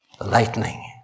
Lightning